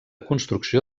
construcció